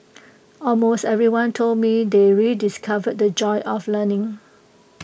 almost everyone told me they rediscovered the joy of learning